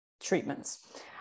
treatments